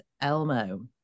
Elmo